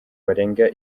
barenga